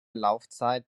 laufzeit